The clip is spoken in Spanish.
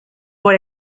por